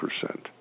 percent